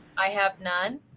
i have none.